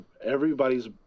Everybody's